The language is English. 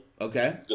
Okay